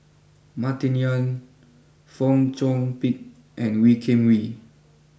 Martin Yan Fong Chong Pik and Wee Kim Wee